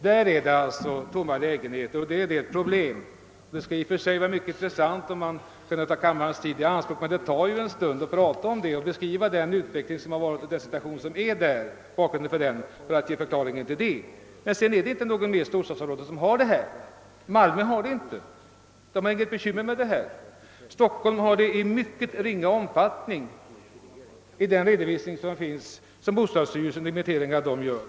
Där står det tomma lägenheter, och då är det ett problem. Det skulle vara mycket intressant om man kunde ta kammarens tid i anspråk, men det tar ju en stund att beskriva vad som skett och den situation som råder för att ge förklaringen till den. Men inget annat storstadsområde har detta problem. Malmö har det inte. Stockholm har det i mycket ringa omfattning enligt den redovisning som bostadsstyrelsens inventeringar utgör.